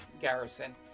garrison